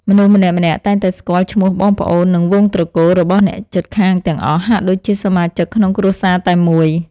មនុស្សម្នាក់ៗតែងតែស្គាល់ឈ្មោះបងប្អូន និងវង្សត្រកូលរបស់អ្នកជិតខាងទាំងអស់ ហាក់ដូចជាសមាជិកក្នុងគ្រួសារតែមួយ។